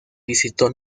visitó